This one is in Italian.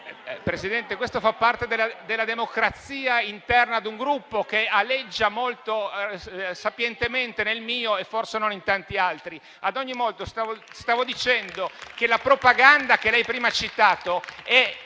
Presidente, questo fa parte della democrazia interna ad un Gruppo che aleggia molto sapientemente nel mio e forse non in tanti altri. Ad ogni modo, stavo dicendo che la propaganda che lei prima ha citato è